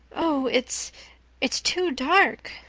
oh it's it's too dark,